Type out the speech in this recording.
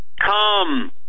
come